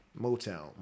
Motown